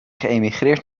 geëmigreerd